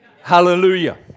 Hallelujah